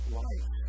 life